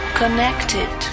connected